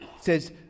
says